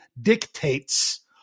dictates